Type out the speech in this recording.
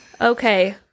Okay